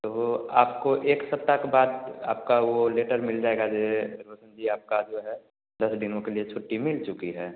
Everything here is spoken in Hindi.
तो वो आपको एक सप्ताह के बाद आपका वो लेटर मिल जाएगा जो है रोशन जी आपका जो है दस दिनों का लिए छुट्टी मिल चुकी है